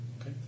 Okay